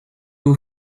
vous